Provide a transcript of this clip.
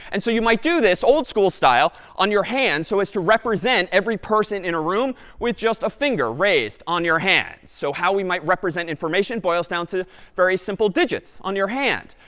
and so you might do this old school style on your hands so as to represent every person in a room with just a finger raised on your hands. so how we might represent information boils down to very simple digits on your hand.